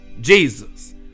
Jesus